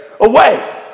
away